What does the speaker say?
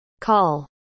Call